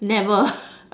never